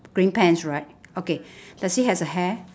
green pants right okay does he has a hair